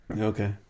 Okay